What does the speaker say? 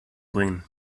bringen